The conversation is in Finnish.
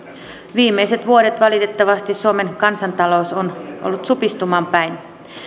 viimeiset vuodet valitettavasti suomen kansantalous on on ollut supistumaan päin